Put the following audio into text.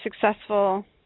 successful